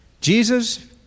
Jesus